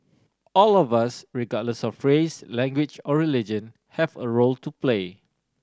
all of us regardless of race language or religion have a role to play